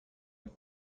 have